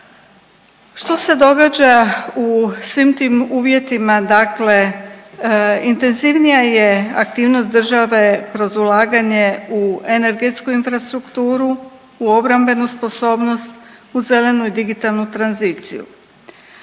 Što se događa u svim tim uvjetima? Dakle, intenzivnija je aktivnost države kroz ulaganje u energetsku infrastrukturu, u obrambenu sposobnost, u zelenu i digitalnu tranziciju.